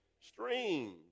Streams